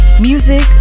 Music